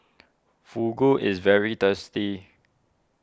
Fugu is very tasty